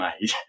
made